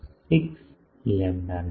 6 lambda not